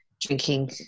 drinking